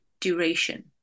duration